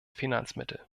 finanzmittel